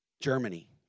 Germany